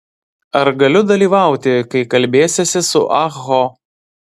ar galiu dalyvauti kai kalbėsiesi su ah ho